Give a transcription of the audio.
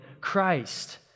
Christ